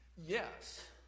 Yes